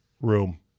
room